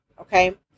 okay